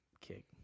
kick